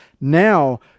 Now